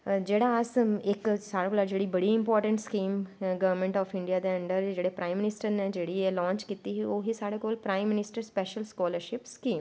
जेह्ड़ा साढ़ा इक साढ़ै कोल बड़ी important scheme government of India दै अंडर जेह्ड़े प्राईम मनिस्टर नै जिनैं एह् लांच कीती ही ओह् हे साढ़ै कोला prime minister special scholarship scheme